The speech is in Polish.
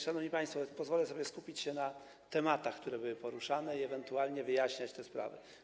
Szanowni państwo, pozwolę sobie skupić się na tematach, które były poruszane, i ewentualnie wyjaśniać te sprawy.